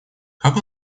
как